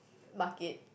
market